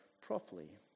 properly